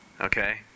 Okay